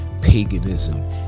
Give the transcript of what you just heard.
paganism